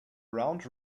round